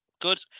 Good